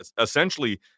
essentially